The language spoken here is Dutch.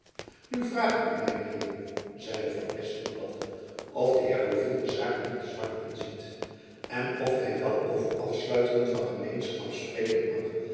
nu vraag ik u mijn heeren zeide van espenblad of de heer de gourville de zaak niet te zwart inziet en of hy wel over afstuitingen van gemeenschap spreken mag